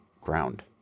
ground